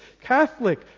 Catholic